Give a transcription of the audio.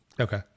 Okay